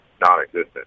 non-existent